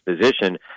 position